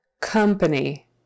COMPANY